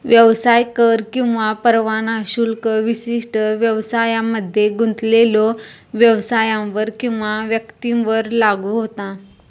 व्यवसाय कर किंवा परवाना शुल्क विशिष्ट व्यवसायांमध्ये गुंतलेल्यो व्यवसायांवर किंवा व्यक्तींवर लागू होता